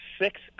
six